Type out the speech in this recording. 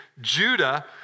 Judah